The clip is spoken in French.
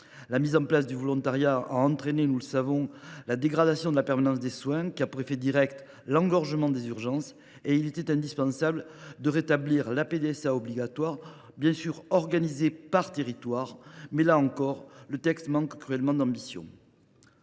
La mise en place du volontariat a entraîné la dégradation de la permanence des soins, qui a pour effet direct l’engorgement des urgences. Il était indispensable de rétablir la PDSA obligatoire et de l’organiser par territoire. Là encore, toutefois, le texte manque cruellement d’ambition.